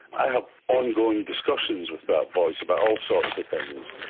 i have ongoing discussions with that voice about all sorts of things.